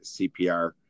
CPR